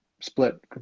split